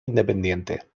independiente